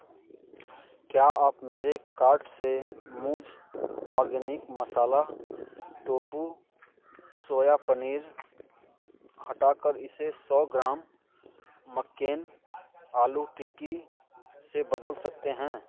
क्या आप मेरे कार्ट से मूज organic masala tofu soya paneer हटा कर इसे सौ ग्राम मक्केन आलू टिक्की से बदल सकते हैं